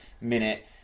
minute